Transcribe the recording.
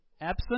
absent